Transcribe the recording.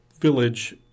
village